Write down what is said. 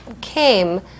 came